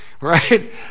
right